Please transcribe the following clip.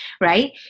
right